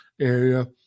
area